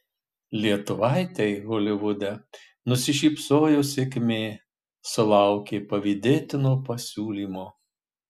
lietuvaitei holivude nusišypsojo sėkmė sulaukė pavydėtino pasiūlymo